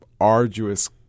arduous